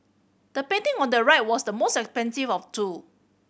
the painting on the right was the most expensive of two